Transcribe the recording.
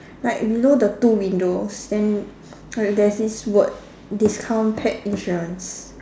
like below the two windows then like there's this word discount pet insurance